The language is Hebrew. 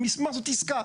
מסמך זה עסקה.